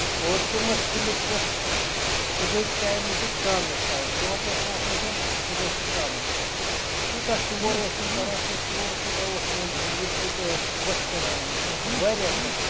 اور تِم ٲسۍ کُلِس پٮ۪ٹھ صبُحٕکۍ ٹایمہٕ تہِ تہٕ شامنَس ٹایمہٕ دۄہَس ٲسۍ نہٕ آسان کیٚنہہ صبُحس تہٕ شامَس تیوٗتاہ شور ٲسۍ تِم کران سُہ شور کوٗتاہ اوس تِمن بوٗلۍ کۭژاہ ٲسۍ خۄش کران انسانس واریاہ خۄش